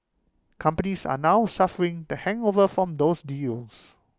companies are now suffering the hangover from those deals